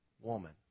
woman